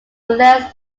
less